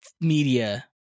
media